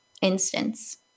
instance